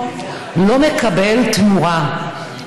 לא מקבל תמורה.